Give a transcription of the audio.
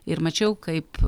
ir mačiau kaip